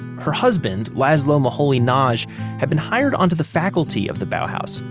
her husband laszlo moholy-nagy had been hired onto the faculty of the bauhaus,